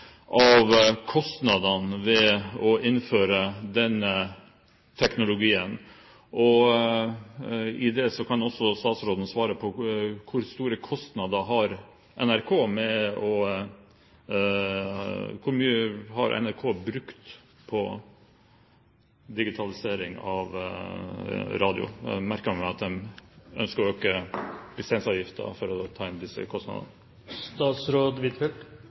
av kostnadene ved å innføre den teknologien? I den forbindelse kan jo statsråden også svare på hvor store kostnader NRK har med digitalisering av radio. Jeg merker meg at de ønsker å øke lisensavgiften for å ta inn disse kostnadene.